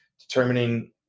determining